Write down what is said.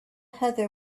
heather